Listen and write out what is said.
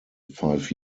five